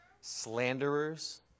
slanderers